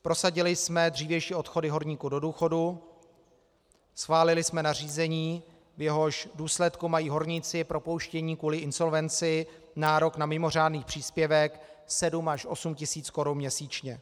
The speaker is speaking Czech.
Prosadili jsme dřívější odchody horníků do důchodu, schválili jsme nařízení, v jehož důsledku mají horníci propouštění kvůli insolvenci nárok na mimořádný příspěvek 7 až 8 tisíc korun měsíčně.